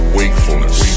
wakefulness